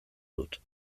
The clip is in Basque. dut